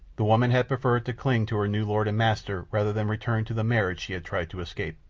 the woman had preferred to cling to her new lord and master rather than return to the marriage she had tried to escape.